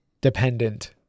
dependent